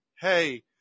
hey